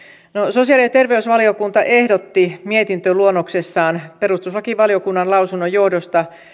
sosiaali ja terveysvaliokunta ehdotti mietintöluonnoksessaan perustuslakivaliokunnan lausunnon johdosta